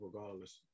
regardless